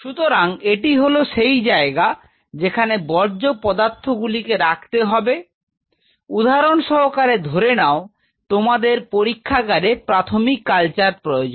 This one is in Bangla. সুতরাং এই টি হলো সেই জায়গা যেখানে বর্জ্য পদার্থ গুলিকে রাখতে হবে উদাহরণ সহকারে ধরে নাও তোমাদের পরীক্ষাগারে প্রাথমিক কালচার প্রয়োজন